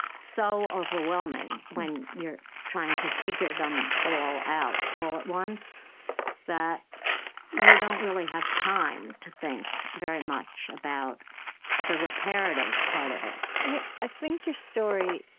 so overwhelming when you're trying to figure them all out all at once that you don't really have time to think very much about the reparative part of it i mean, i think your story,